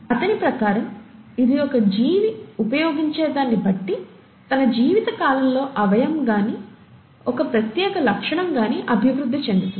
అతని ప్రకారం ఇది ఒక జీవి ఉపయోగించేదాన్ని బట్టి తన జీవిత కాలంలో అవయవం గాని లేదా ఒక ప్రత్యేక లక్షణం గాని అభివృద్ధి చెందుతుంది